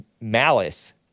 malice